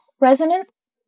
resonance